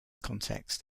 context